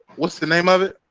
what's the name of it?